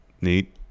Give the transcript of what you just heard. neat